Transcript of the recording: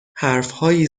حرفهایی